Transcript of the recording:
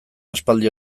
aspaldi